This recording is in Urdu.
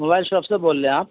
موبائل شاپ سے بول رہے ہیں آپ